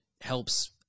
helps